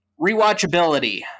Rewatchability